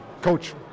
Coach